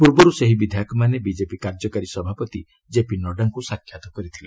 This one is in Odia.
ପୂର୍ବରୁ ସେହି ବିଧାୟକମାନେ ବିକେପି କାର୍ଯ୍ୟକାରୀ ସଭାପତି ଜେପି ନଡ୍ଡାଙ୍କୁ ସାକ୍ଷାତ୍ କରିଥିଲେ